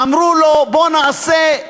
אמרו לו: בוא נעשה,